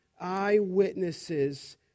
Eyewitnesses